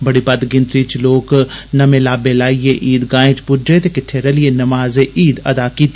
बड़ी बद्द गिनतरी च लोक नमें लाब्बे लाइयै ईद गाहें च पुज्जे ते किट्टे रलियै नमाजे़ ईद अदा कीती